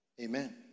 Amen